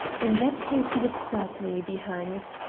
in that case you would certainly be hanged.